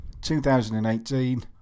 2018